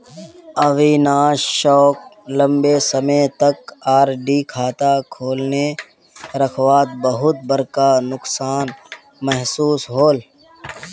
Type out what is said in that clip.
अविनाश सोक लंबे समय तक आर.डी खाता खोले रखवात बहुत बड़का नुकसान महसूस होल